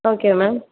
okay ma'am